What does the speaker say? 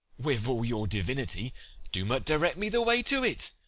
with all your divinity do but direct me the way to it.